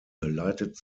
leitet